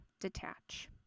detach